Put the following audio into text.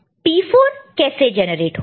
और P4 कैसे generate होगा